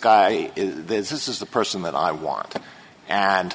sky is this is the person that i want and